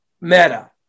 meta